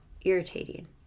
Irritating